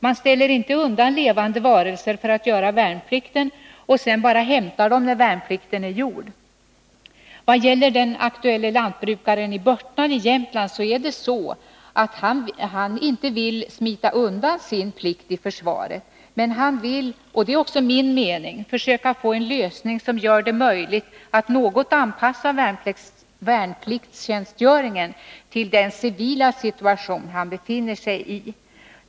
Man ställer inte undan levande varelser för att göra värnplikten och hämtar dem när värnplikten är gjord. Den aktuelle lantbrukaren i Börtnan i Jämtland vill inte smita undan sin plikt i försvaret, men han vill försöka få en lösning som gör det möjligt att anpassa värnpliktstjänstgöringen till sin civila situation.